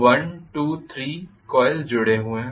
1 2 3 coil जुड़े हुए हैं